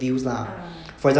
ah